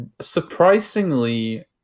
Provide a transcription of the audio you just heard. surprisingly